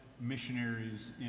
missionaries